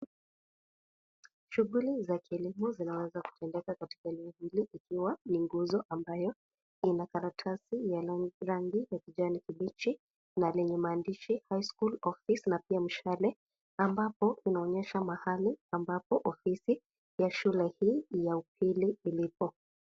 Shughuli za kilimo zinaweza kufanyika katika eneo hili ikiwa ni nguzo ambayo Lina karatasi ya rangi ya kijani kibichi na lenye maandishi (CS)highschool(CS)office na pia mishale ambapo inaonyesha mahali ambapo ofisi ya shule hii ya upili uliko.